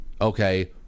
Okay